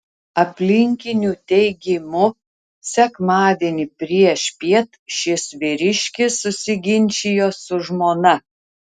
aplinkinių teigimu sekmadienį priešpiet šis vyriškis susiginčijo su žmona